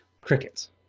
crickets